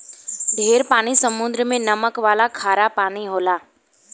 ढेर पानी समुद्र मे नमक वाला खारा पानी होला